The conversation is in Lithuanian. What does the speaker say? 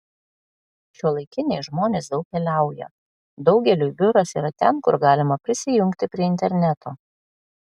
šiuolaikiniai žmonės daug keliauja daugeliui biuras yra ten kur galima prisijungti prie interneto